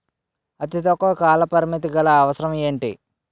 అతి తక్కువ కాల పరిమితి గల అవసరం ఏంటి